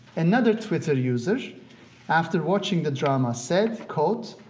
another twitter user after watching the drama said, quote,